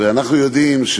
ואנחנו יודעים,